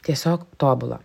tiesiog tobula